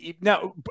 Now